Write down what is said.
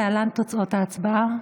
להלן תוצאות ההצבעה: